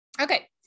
Okay